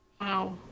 Wow